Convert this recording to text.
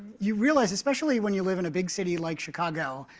you realize, especially when you live in a big city like chicago,